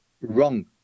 Wrong